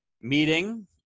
meeting